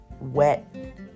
wet